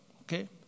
okay